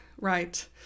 Right